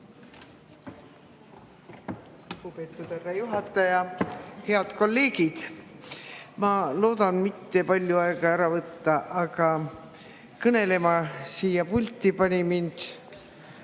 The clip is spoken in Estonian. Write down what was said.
Head kolleegid! Ma loodan mitte palju aega kulutada, aga kõnelema siia pulti sundis mind